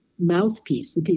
Mouthpiece